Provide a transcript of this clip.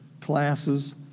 classes